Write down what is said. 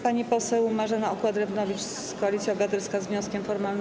Pani poseł Marzena Okła-Drewnowicz, Koalicja Obywatelska, z wnioskiem formalnym.